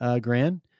grand